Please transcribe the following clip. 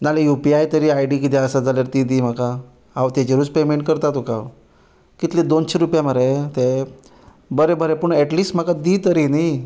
ना जाल्यार युपीआय तर आयडी कितें आसा जाल्यार दी म्हाका हांव तेजेरूच पेमॅंट करता तुका कितले दोनशीं रुपय मरे ते बरें बरें पूण एट लिस्ट म्हाका दी तरी न्ही